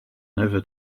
never